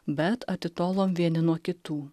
bet atitolom vieni nuo kitų